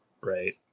right